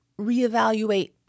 reevaluate